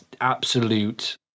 absolute